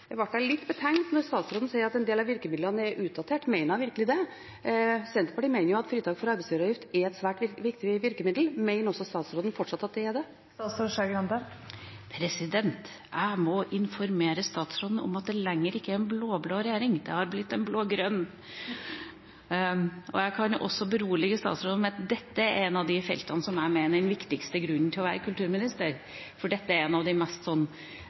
betenkt når statsråden sier at en del av virkemidlene er utdatert. Mener hun virkelig det? Senterpartiet mener at fritak for arbeidsgiveravgift er et svært viktig virkemiddel. Mener også statsråden at det fortsatt er det? Jeg må informere statsråden om at det ikke lenger er en blå-blå regjering, det har blitt en blå-grønn. Jeg kan også berolige statsråden med at dette er et av de feltene som jeg mener er den viktigste grunnen til å være kulturminister, for dette er av det mest